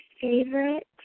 favorite